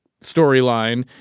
storyline